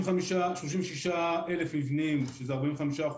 36,000 מבנים, שזה 45%,